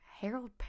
Harold